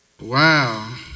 Wow